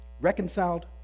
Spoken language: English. reconciled